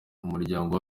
umuryango